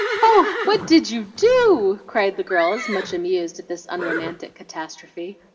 oh, what did you do? cried the girls, much amused at this unromantic catastrophe.